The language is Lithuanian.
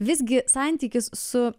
visgi santykis su